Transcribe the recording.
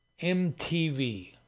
MTV